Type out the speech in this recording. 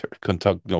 Kentucky